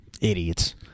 Idiots